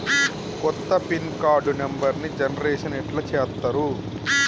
కొత్త pin card నెంబర్ని generation ఎట్లా చేత్తరు?